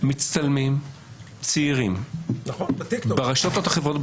צעירים מצטלמים ברשתות החברתיות,